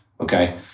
Okay